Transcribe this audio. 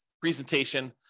presentation